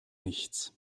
nichts